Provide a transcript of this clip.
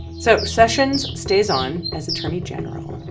so sessions stays on as attorney general,